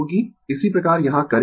इसी प्रकार यहाँ current Im sin ω t 90 o